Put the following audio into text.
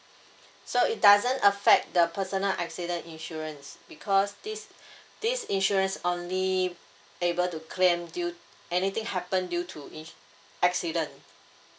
so it doesn't affect the personal accident insurance because this this insurance only able to claim due anything happen due to in~ accident